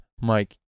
Mike